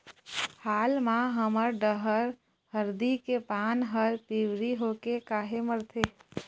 हाल मा हमर डहर हरदी के पान हर पिवरी होके काहे मरथे?